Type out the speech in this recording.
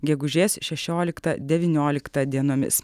gegužės šešioliktą devynioliktą dienomis